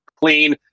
clean